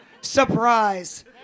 surprise